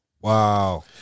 Wow